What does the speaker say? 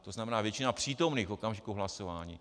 To znamená většina přítomných v okamžiku hlasování.